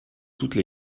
toutes